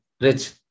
rich